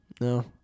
no